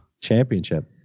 Championship